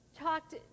talked